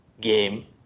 game